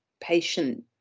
patient